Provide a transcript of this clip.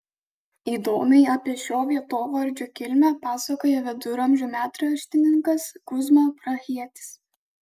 įdomiai apie šio vietovardžio kilmę pasakoja viduramžių metraštininkas kuzma prahietis